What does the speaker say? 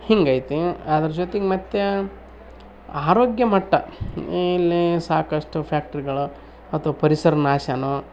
ಹಿಂಗೈತಿ ಅದ್ರ ಜೊತೆಗೆ ಮತ್ತೆ ಆರೋಗ್ಯ ಮಟ್ಟ ಮೇಲೆ ಸಾಕಷ್ಟು ಫ್ಯಾಕ್ಟ್ರಿಗಳ ಅಥ್ವಾ ಪರಿಸರ ನಾಶವೂ